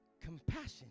Compassion